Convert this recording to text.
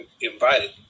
invited